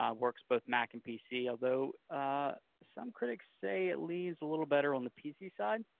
um works both mac and pc, although some critics say it leans a little better on the pc side.